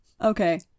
Okay